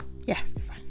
yes